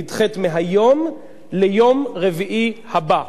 נדחית מהיום ליום רביעי הבא.